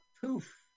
Poof